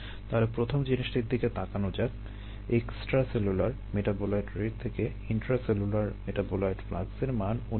তাহলে প্রথম জিনিসটির দিকে তাকানো যাক এক্সট্রাসেলুলার মেটাবোলাইট রেট থেকে ইন্ট্রাসেলুলার মেটাবোলাইট ফ্লাক্সের মান অনুমান করা